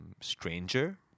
Stranger